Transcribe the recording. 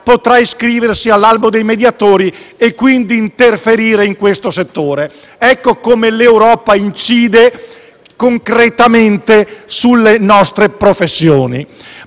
potrà iscriversi all'albo dei mediatori e quindi interferire in questo settore. Ecco come l'Europa incide concretamente sulle nostre professioni;